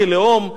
כלאום,